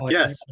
Yes